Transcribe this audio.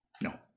No